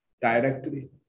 directly